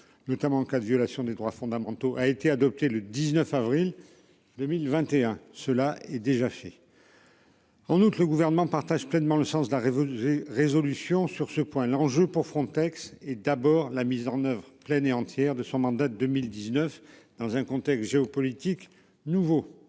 Notamment en cas de violation des droits fondamentaux a été adoptée le 19 avril 2021. Cela est déjà fait. En août, le gouvernement partage pleinement le sens de la révolte résolution sur ce point. L'enjeu pour Frontex et d'abord la mise en oeuvre pleine et entière de son mandat, 2019 dans un contexte géopolitique nouveau